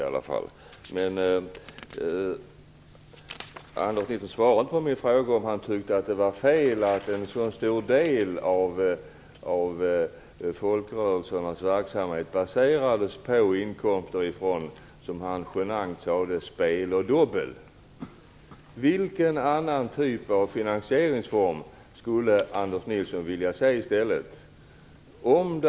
Anders Nilsson svarade inte på min fråga om han tycker att det är fel att en så stor del av folkrörelsernas verksamhet baseras på inkomster från, som han litet genant uttryckte det, spel och dobbel. Vilken annan typ av finansiering skulle Anders Nilsson i stället vilja se?